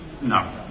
No